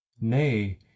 nay